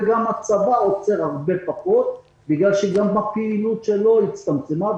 וגם הצבא עוצר הרבה פחות כי גם הפעילות שלו הצטמצמה,